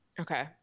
Okay